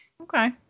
Okay